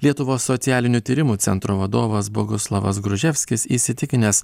lietuvos socialinių tyrimų centro vadovas boguslavas gruževskis įsitikinęs